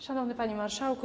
Szanowny Panie Marszałku!